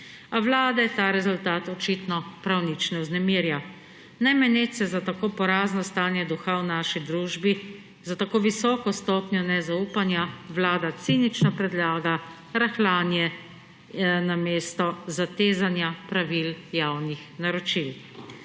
a Vlade ta rezultat očitno prav nič ne vznemirja. Ne meneč se za tako porazno stanje duha v naši družbi, za tako visoko stopnjo nezaupanja Vlada cinično predlaga rahljanje namesto zatezanja pravil javnih naročil.